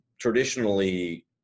traditionally